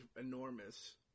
enormous